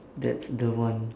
that's the one